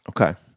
Okay